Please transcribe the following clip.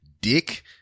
Dick